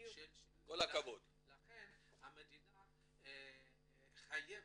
לכן המדינה חייבת.